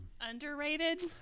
Underrated